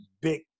big